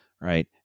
right